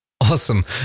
Awesome